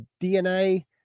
DNA